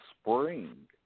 spring